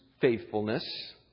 faithfulness